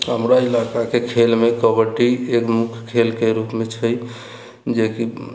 हमरा इलाकाके खेलमे कबड्डी एक मुख्य खेलके रूपमे छै जेकि